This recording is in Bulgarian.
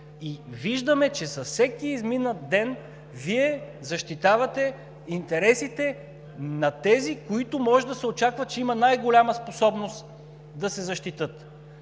Виждаме, че с всеки изминал ден Вие защитавате интересите на тези, за които може да се очаква, че имат най-голяма способност да се защитят.